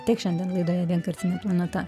tiek šiandien laidoje vienkartinė planeta